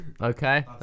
Okay